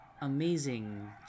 amazing